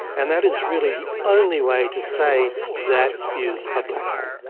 and that is really the only way to say that is a black hole.